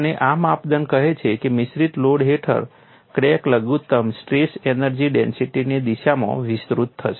અને આ માપદંડ કહે છે કે મિશ્રિત લોડિંગ હેઠળ ક્રેક લઘુત્તમ સ્ટ્રેસ એનર્જી ડેન્સિટીની દિશામાં વિસ્તૃત થશે